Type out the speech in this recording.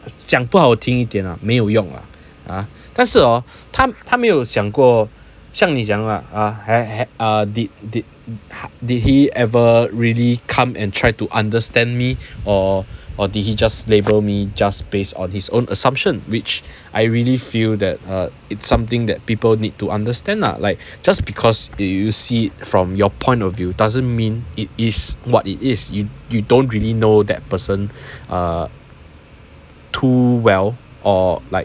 讲不好听一点 ah 没有用 ah 但是 hor 他他没有想过像你讲 lah ah ha err did did did he ever really come and try to understand me or or did he just label me just based on his own assumption which I really feel that uh it's something that people need to understand lah like just because you see from your point of view doesn't mean it is what it is you you don't really know that person uh too well or like